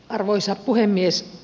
arvoisa puhemies